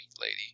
Lady